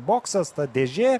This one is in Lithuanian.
boksas dėžė